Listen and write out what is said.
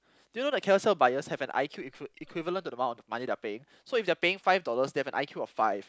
do you know that Carousell buyers have an I_Q equivalent to the amount of money they're paying so if they're paying five dollars they have an I_Q of five